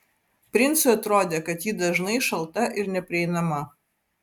princui atrodė kad ji dažnai šalta ir neprieinama